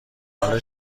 حال